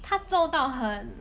它皱到很